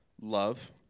love